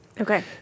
Okay